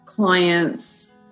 clients